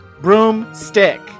broomstick